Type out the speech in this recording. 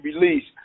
released